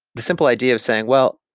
the simple idea of saying, well,